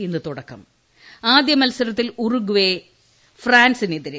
ഇന്ന് തുടക്കം ആദ്യ മത്സരത്തിൽ ഉറുഗ്വേ ഫ്രാൻസിനെതിരെ